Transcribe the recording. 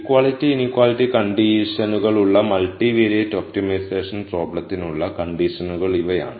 equality inequality കണ്ടിഷനുകളുള്ള multivariate optimisation പ്രോബ്ളത്തിനുള്ള കണ്ടിഷനുകൾ ഇവയാണ്